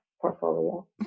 portfolio